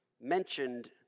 mentioned